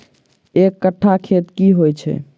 एक कट्ठा खेत की होइ छै?